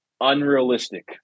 unrealistic